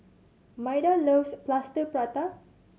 Maida loves Plaster Prata